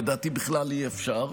לדעתי בכלל אי-אפשר,